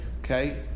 okay